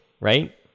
right